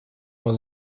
nur